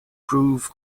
proof